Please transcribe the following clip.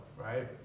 right